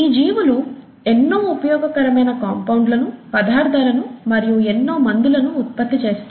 ఈ జీవులు ఎన్నో ఉపయోగకరమైన కంపౌండ్లను పదార్ధాలను మరియు ఎన్నో మందులను ఉత్పత్తి చేస్తాయి